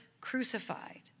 crucified